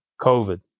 COVID